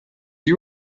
you